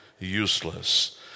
Useless